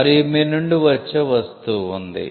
మరియు మీ నుండి వచ్చే వస్తువు ఉంది